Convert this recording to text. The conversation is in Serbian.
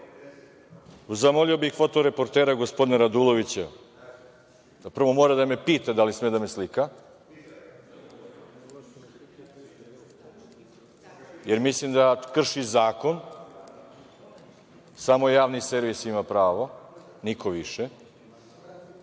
zamolio bih fotoreportera gospodina Radulovića da prvo mora da me pita da li sme da me slika, jer mislim da krši zakon. Samo javni servis ima pravo, niko više,